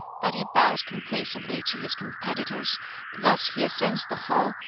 but he bows complaisantly to his competitors thus he ascends the hall,